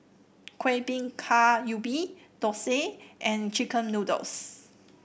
Kueh Bingka Ubi Dosa and chicken noodles